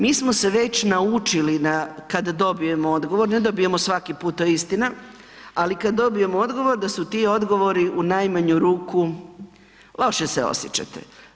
Mi smo se već naučili na kad dobijemo odgovor, ne dobijemo svaki puta to je istina, ali kad dobijemo odgovor da su ti odgovori u najmanju ruku loše se osjećate.